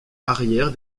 arrière